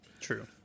True